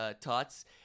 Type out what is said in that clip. Tots